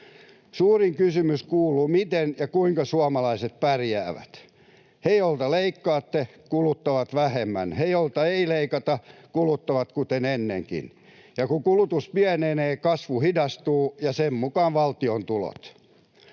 Suurin kysymys kuuluu, miten ja kuinka suomalaiset pärjäävät. He, joilta leikkaatte, kuluttavat vähemmän. He, joilta ei leikata, kuluttavat kuten ennenkin. Ja kun kulutus pienenee, kasvu hidastuu ja sen mukaan valtion tulot.